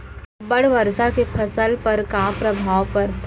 अब्बड़ वर्षा के फसल पर का प्रभाव परथे?